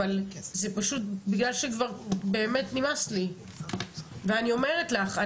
אבל זה פשוט בגלל שכבר באמת נמאס לי ואני אומרת לך,